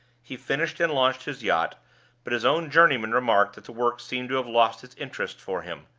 he finished and launched his yacht but his own journeymen remarked that the work seemed to have lost its interest for him.